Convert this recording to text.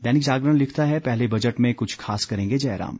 दैनिक जागरण लिखता है पहले बजट में कुछ खास करेंगे जयराम